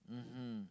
mmhmm